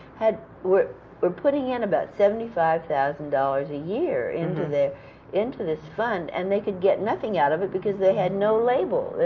had were were putting in about seventy five thousand dollars a year into their into this fund, and they could get nothing out of it because they had no label.